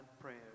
prayers